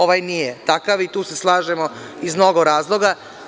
Ovaj nije takav i tu se slažemo iz mnogo razloga.